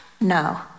No